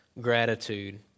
gratitude